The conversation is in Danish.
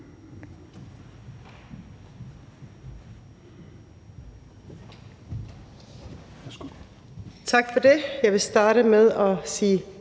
Tak for det. Jeg vil starte med at sige